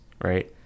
right